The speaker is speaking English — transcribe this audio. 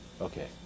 Okay